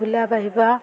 ବିଲ ବାହିବା